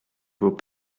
vos